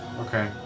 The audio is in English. Okay